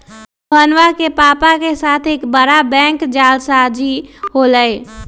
सोहनवा के पापा के साथ एक बड़ा बैंक जालसाजी हो लय